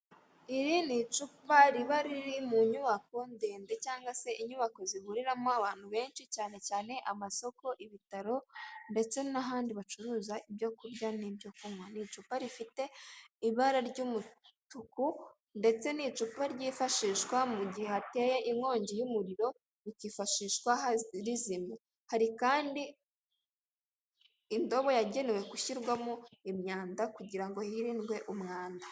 Abagore, abagabo ,abakobwa n'abahungu bicaye muri sale nziza, inyuma harimo nabandi bantu bahagaze bicaye ku ntebe zitukura ndetse ibirenge byabo bikandagiye ku itapi nziza y'ubururu. Impande yabo hari igikuta ubona gifite amabara meza ubururu, umweru harasa neza rwose.